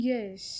Yes